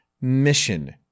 mission